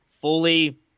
fully